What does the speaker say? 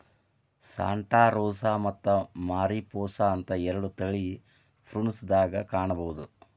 Santa Rosa ಮತ್ತ Mariposa ಅಂತ ಎರಡು ತಳಿ ಪ್ರುನ್ಸ್ ದಾಗ ಕಾಣಬಹುದ